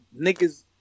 niggas